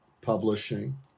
Publishing